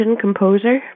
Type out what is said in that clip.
composer